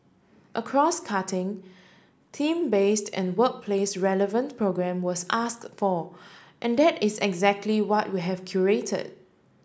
a crosscutting theme based and workplace relevant programme was asked for and that is exactly what we have curated